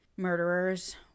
murderers